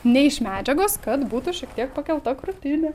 ne iš medžiagos kad būtų šiek tiek pakelta krūtinė